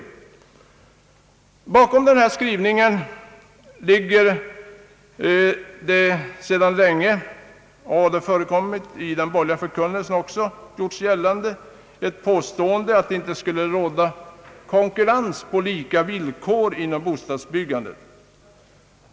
Detta uttalande torde hänföra sig till den uppfattning man sedan länge haft inom moderata samlingspartiet — samma åsikt har även förekommit i andra borgerliga uttalanden — nämligen att det inte skulle råda konkurrens på lika villkor inom bostadsbyggandet.